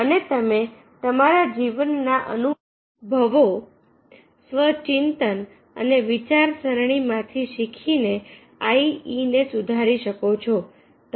અને તમે તમારા જીવનના અનુભવો સ્વ ચિંતન અને વિચારસરણી માંથી શીખીને આઈ ને સુધારી શકો છો